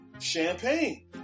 Champagne